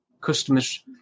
customers